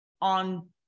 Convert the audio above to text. on